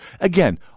Again